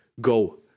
go